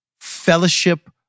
fellowship